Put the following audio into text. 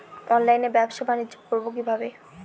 অনলাইনে ব্যবসা বানিজ্য করব কিভাবে?